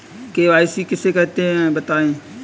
KYC किसे कहते हैं बताएँ?